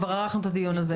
ערכנו את הדיון הזה,